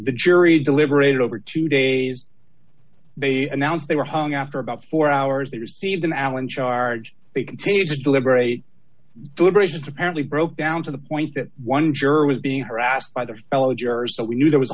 the jury deliberated over two days they announced they were hung after about four hours they received an allen charge they continued to deliberate deliberations apparently broke down to the point that one juror was being harassed by their fellow jurors so we knew there was a